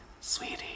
Sweetie